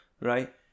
Right